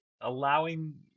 allowing